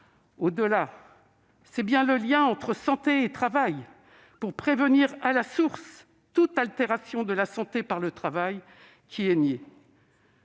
Au-delà, c'est bien le lien entre santé et travail, pour prévenir à la source toute altération de la santé par le travail, qui est nié.